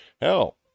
Hell